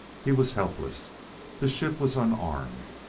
he was helpless the ship was unarmed,